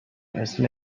اسمت